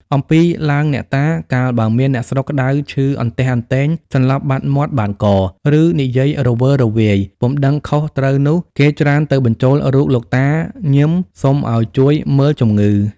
អំពីឡើងអ្នកតា កាលបើមានអ្នកស្រុកក្ដៅឈឺអន្ទះអន្ទែង សន្លប់បាត់មាត់បាត់ក ឫនិយាយរវើរវាយ ពុំដឹងខុសត្រូវនោះ គេច្រើនទៅបញ្ចូលរូបលោកតាញឹម សុំឲ្យជួយមើលជំងឺ។